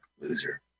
loser